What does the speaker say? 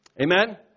Amen